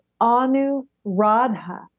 Anuradha